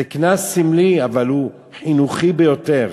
זה קנס סמלי, אבל הוא חינוכי ביותר.